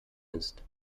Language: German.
ist